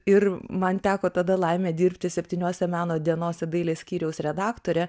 ir man teko tada laimė dirbti septyniose meno dienose dailės skyriaus redaktore